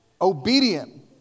obedient